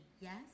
yes